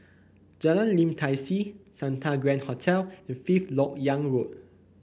Jalan Lim Tai See Santa Grand Hotel and Fifth LoK Yang Road